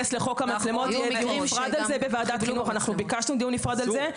אנחנו ביקשנו דיון נפרד על זה,